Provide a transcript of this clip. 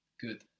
Good